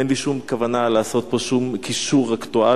אין לי שום כוונה לעשות פה שום קישור אקטואלי,